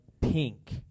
pink